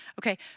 Okay